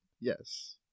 Yes